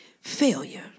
failure